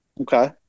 Okay